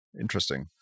interesting